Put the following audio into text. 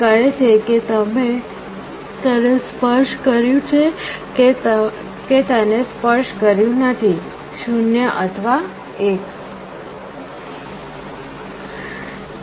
તે કહે છે કે તમે તેને સ્પર્શ કર્યું છે કે તેને સ્પર્શ કર્યું નથી 0 અથવા 1